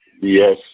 Yes